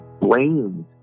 blamed